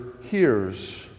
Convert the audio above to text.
hears